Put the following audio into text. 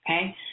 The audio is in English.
okay